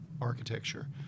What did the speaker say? architecture